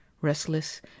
restless